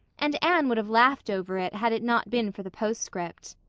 and anne would have laughed over it had it not been for the postscript.